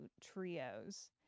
trios